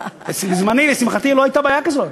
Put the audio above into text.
בזמני, לשמחתי, לא הייתה בעיה כזאת.